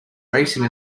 racing